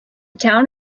town